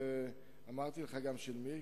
אמרתי לך של מי,